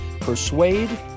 persuade